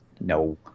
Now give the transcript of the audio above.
No